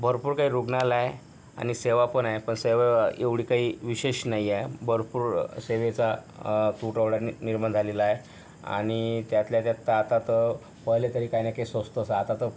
भरपूर काही रुग्णालय आणि सेवा पण आहे पण सेवा एवढी काही विशेष नाही आहे भरपूर सेवेचा तुटवडा नि निर्माण झालेला आहे आणि त्यातल्या त्यात तर आता तर पहले तरी काही ना काही स्वस्त होतं आता तर